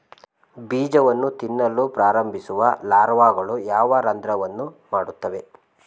ಬೀಜವನ್ನು ತಿನ್ನಲು ಪ್ರಾರಂಭಿಸುವ ಲಾರ್ವಾಗಳು ಯಾವ ರಂಧ್ರವನ್ನು ಮಾಡುತ್ತವೆ?